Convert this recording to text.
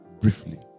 briefly